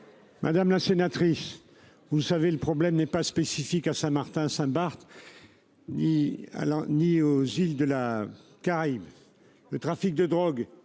Madame la sénatrice. Vous savez, le problème n'est pas spécifique à Saint-Martin Saint-Barth. Ni alors ni aux îles de la caraïbe. Le trafic de drogue